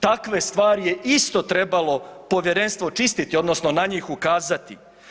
Takve stvari je isto trebalo povjerenstvo čistiti odnosno na njih ukazati.